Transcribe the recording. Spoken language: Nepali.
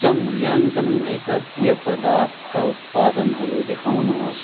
उच्च मूल्याङ्कन भएका पेय पर्दाथका उत्पादनहरू देखाउनुहोस्